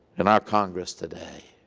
in our congress today.